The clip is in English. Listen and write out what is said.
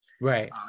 right